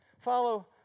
follow